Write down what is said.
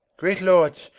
great lords,